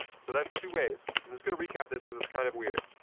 so, that's two ways. i'm just gonna recap this because it's kind of weird.